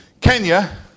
Kenya